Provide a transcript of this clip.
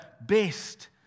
best